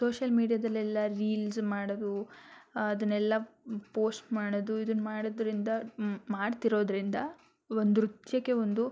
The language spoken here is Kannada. ಸೋಶ್ಯಲ್ ಮೀಡ್ಯಾದಲೆಲ್ಲ ರೀಲ್ಸ್ ಮಾಡೋದು ಅದನ್ನೆಲ್ಲ ಪೋಶ್ಟ್ ಮಾಡೋದು ಇದನ್ನ ಮಾಡೋದರಿಂದ ಮಾಡ್ತಿರೋದರಿಂದ ಒಂದು ನೃತ್ಯಕ್ಕೆ ಒಂದು